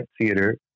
theater